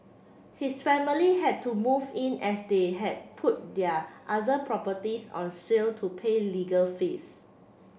his family had to move in as they had put their other properties on sale to pay legal fees